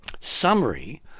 summary